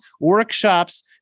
workshops